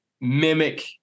mimic